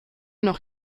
noch